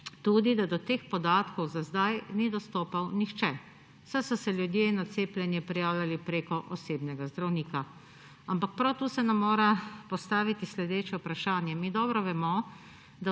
da do teh podatkov za zdaj ni dostopal nihče, saj so se ljudje na cepljenje prijavljali preko osebnega zdravnika. Ampak prav tu se nam mora postaviti sledeče vprašanje. Mi dobro vemo,